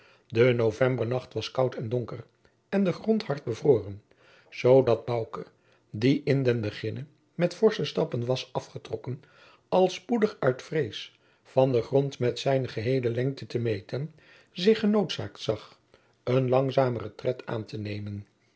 de pleegzoon koud en donker en de grond hard bevroren zoodat bouke die in den beginne met forsche stappen was afgetrokken al spoedig uit vrees van den grond met zijne geheele lengte te meten zich genoodzaakt zag een langzameren tred aan te nemen